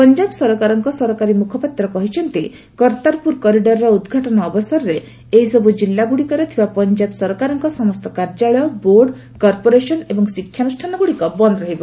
ପଞ୍ଜାବ ସରକାରଙ୍କ ସରକାରୀ ମୁଖପାତ୍ର କହିଛନ୍ତି କର୍ତ୍ତାରପୁର କରିଡରର ଉଦ୍ଘାଟନ ଅବସରରେ ଏହିସବୁ ଜିଲ୍ଲାଗୁଡ଼ିକରେ ଥିବା ପଞ୍ଜାବ ସରକାରଙ୍କ ସମସ୍ତ କାର୍ଯ୍ୟାଳୟ ବୋର୍ଡ କର୍ପୋରେସନ ଏବଂ ଶିକ୍ଷାନୁଷ୍ଠାନଗୁଡ଼ିକ ବନ୍ଦ ରହିବ